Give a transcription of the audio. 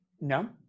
No